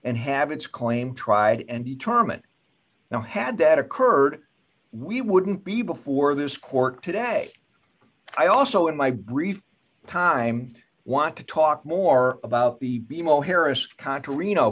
and have its claim tried and determine now had that occurred we wouldn't be before this court today i also in my brief time want to talk more about the the mo harris contra reno